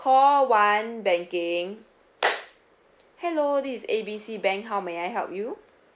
call one banking hello this is A B C bank how may I help you